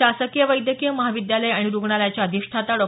शासकीय वैद्यकीय महाविद्यालय आणि रुग्णालयाच्या अधिष्ठाता डॉ